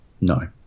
No